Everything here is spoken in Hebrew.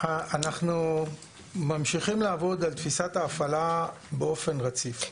אנחנו ממשיכים לעבוד על תפיסת ההפעלה באופן רציף.